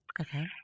okay